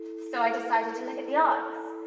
so i decided to look at the arts.